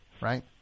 right